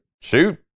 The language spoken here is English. Shoot